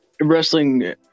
Wrestling